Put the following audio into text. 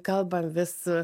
kalbam vis